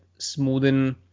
smoothen